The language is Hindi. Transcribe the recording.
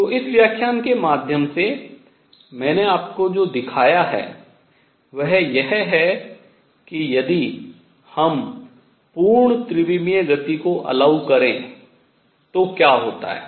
तो इस व्याख्यान के माध्यम से मैंने आपको जो दिखाया है वह यह है कि यदि हम पूर्ण त्रिविमीय गति को अनुमत करें तो क्या होता है